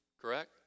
Correct